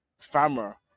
farmer